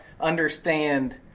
understand